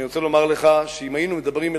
אני רוצה לומר לך שאם היינו מדברים אל